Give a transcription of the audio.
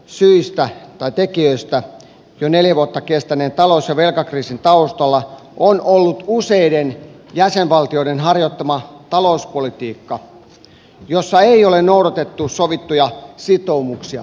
yksi keskeisistä tekijöistä jo neljä vuotta kestäneen talous ja velkakriisin taustalla on ollut useiden jäsenvaltioiden harjoittama talouspolitiikka jossa ei ole noudatettu sovittuja sitoumuksia